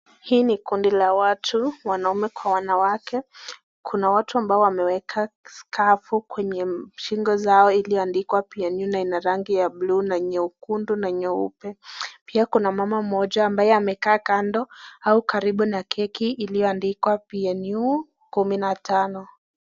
Hii ni kundi la watu, wanaume kwa wanawake. Kuna watu ambao wameweka skafu kwenye shingo zao iliyoandikwa PNU na ina rangi ya blue na nyekundu na nyeupe. Pia kuna mama mmoja ambaye amekaa kando au karibu na keki iliyoandikwa PNU kumi na tano.